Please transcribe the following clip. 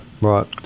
right